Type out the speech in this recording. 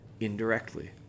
indirectly